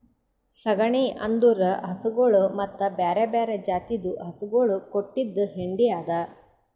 ಸಗಣಿ ಅಂದುರ್ ಹಸುಗೊಳ್ ಮತ್ತ ಬ್ಯಾರೆ ಬ್ಯಾರೆ ಜಾತಿದು ಹಸುಗೊಳ್ ಕೊಟ್ಟಿದ್ ಹೆಂಡಿ ಅದಾ